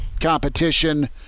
competition